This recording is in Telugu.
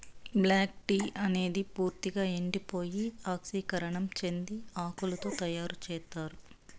బ్లాక్ టీ అనేది పూర్తిక ఎండిపోయి ఆక్సీకరణం చెందిన ఆకులతో తయారు చేత్తారు